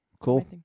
Cool